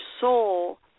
soul